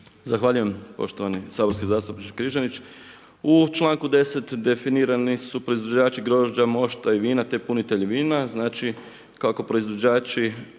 Zahvaljujem poštovani saborski zastupniče Križanić. U članku 10. definirani su proizvođači grožđa, mošta i vina te punitelji vina, znači kako proizvođači